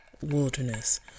wilderness